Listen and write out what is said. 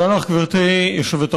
תודה לך, גברתי היושבת-ראש.